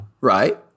right